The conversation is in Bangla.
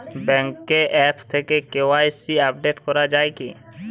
ব্যাঙ্কের আ্যপ থেকে কে.ওয়াই.সি আপডেট করা যায় কি?